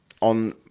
on